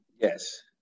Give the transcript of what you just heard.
Yes